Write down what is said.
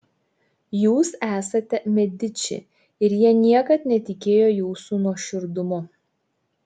jūs esate mediči ir jie niekad netikėjo jūsų nuoširdumu